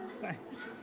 Thanks